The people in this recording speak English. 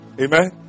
Amen